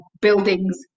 buildings